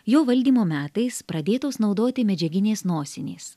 jo valdymo metais pradėtos naudoti medžiaginės nosinės